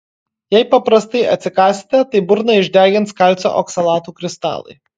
jei paprastai atsikąsite tai burną išdegins kalcio oksalatų kristalai